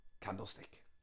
Candlestick